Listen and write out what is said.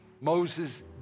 Moses